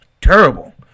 Terrible